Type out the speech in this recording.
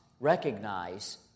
Recognize